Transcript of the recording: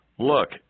Look